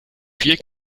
vier